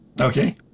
Okay